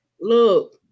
Look